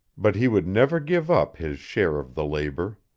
but he would never give up his share of the labor.